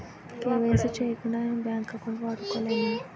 KYC చేయకుండా నేను bank account వాడుకొలేన?